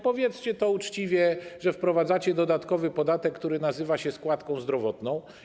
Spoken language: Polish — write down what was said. Powiedzcie to uczciwie, że wprowadzacie nowy podatek, który nazywa się składką zdrowotną.